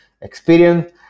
experience